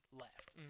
left